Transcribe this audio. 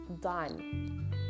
done